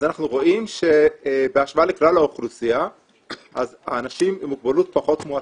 אנחנו רואים שבהשוואה לכלל האוכלוסייה האנשים עם מוגבלות פחות מועסקים,